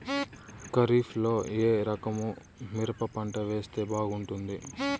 ఖరీఫ్ లో ఏ రకము మిరప పంట వేస్తే బాగుంటుంది